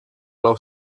blau